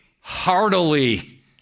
heartily